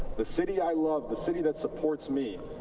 the city i loved, the city that supports me,